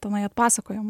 tenai atpasakojama